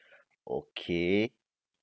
okay